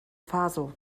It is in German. faso